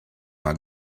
are